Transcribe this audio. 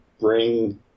bring